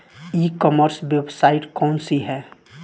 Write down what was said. ई commerce website कौन सी है?